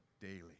daily